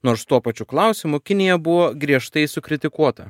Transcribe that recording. nors tuo pačiu klausimu kinija buvo griežtai sukritikuota